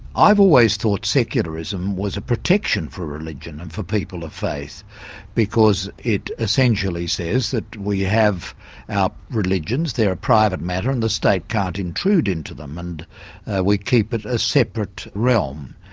i've always thought secularism was a protection for religion and for people of faith because it essentially says that we have our religions, they're a private matter and the state can't intrude into them and we keep it a separate realm.